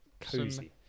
Cozy